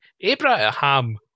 Abraham